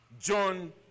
John